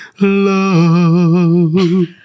love